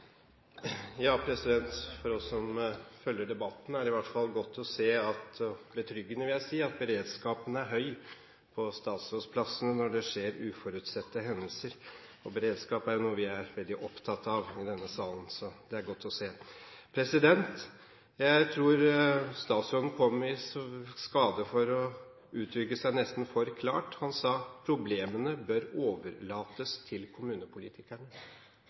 For oss som følger debatten, er det i hvert fall godt å se – og betryggende, vil jeg si – at beredskapen er høy på statsrådsplassene når det skjer uforutsette hendelser. Beredskap er jo noe vi er veldig opptatt av i denne salen, så det er godt å se. Jeg tror statsråden kom i skade for å uttrykke seg nesten for klart. Han sa at problemene bør overlates til kommunepolitikerne.